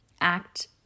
act